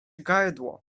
gardło